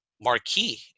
Marquee